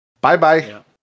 Bye-bye